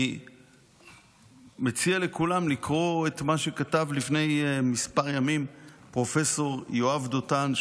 אני מציע לכולם לקרוא את מה שכתב לפני כמה ימים פרופ' יואב דותן,